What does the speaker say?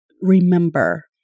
remember